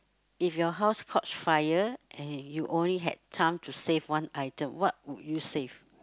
if your house caught fire and you only had time to save one item what would you save